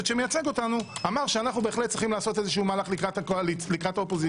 שמייצג אותנו אמר שאנחנו צריכים לעשות מהלך לקראת האופוזיציה.